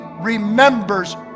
remembers